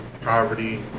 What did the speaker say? poverty